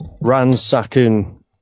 ransacking